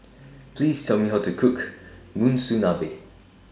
Please Tell Me How to Cook Monsunabe